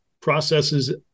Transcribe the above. processes